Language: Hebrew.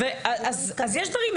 אז יש דברים,